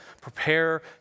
Prepare